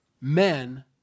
Men